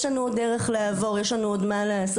יש לנו עוד דרך לעבור ומה לעשות,